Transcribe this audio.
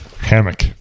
hammock